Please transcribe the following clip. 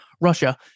Russia